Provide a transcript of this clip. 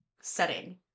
setting